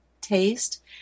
taste